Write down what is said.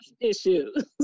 issues